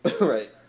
Right